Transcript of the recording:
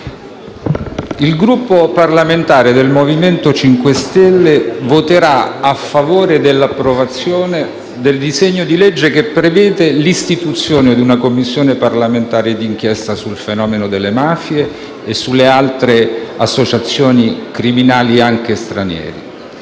il Gruppo parlamentare MoVimento 5 Stelle voterà a favore dell'approvazione del disegno di legge che prevede l'istituzione di una Commissione parlamentare d'inchiesta sul fenomeno delle mafie e sulle altre associazioni criminali, anche straniere.